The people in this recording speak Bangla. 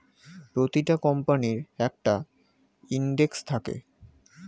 প্রতিটা কোম্পানির একটা ইন্ডেক্স থাকে